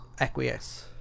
Acquiesce